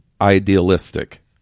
idealistic